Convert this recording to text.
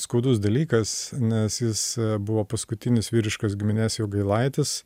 skaudus dalykas nes jis buvo paskutinis vyriškos giminės jogailaitis